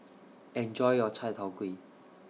Enjoy your Chai Tow Kuay